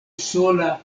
sola